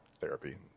therapy